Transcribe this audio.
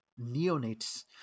neonates